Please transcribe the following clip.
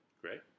Great